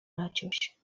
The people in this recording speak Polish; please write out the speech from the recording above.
maciuś